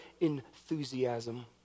enthusiasm